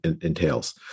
entails